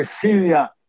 Syria